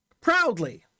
Proudly